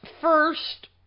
first